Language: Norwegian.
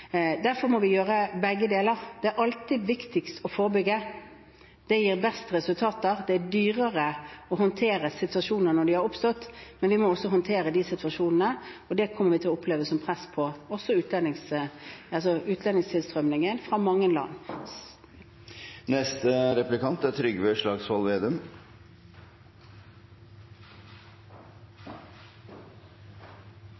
Derfor må vi gjøre begge deler. Det er alltid viktigst å forebygge, det gir best resultater. Det er dyrere å håndtere situasjoner når de har oppstått, men vi må også håndtere de situasjonene. Vi kommer også til å oppleve press på utlendingstilstrømningen fra mange land.